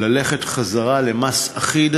ללכת חזרה למס אחיד,